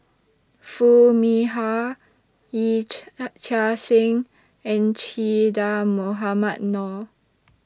Foo Mee Har Yee Chia Hsing and Che Dah Mohamed Noor